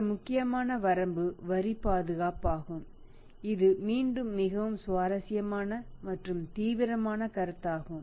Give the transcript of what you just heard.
மற்ற முக்கியமான வரம்பு வரி பாதுகாப்பாகும் இது மீண்டும் மிகவும் சுவாரஸ்யமான மற்றும் தீவிரமான கருத்தாகும்